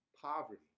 poverty